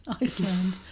Iceland